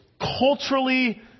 culturally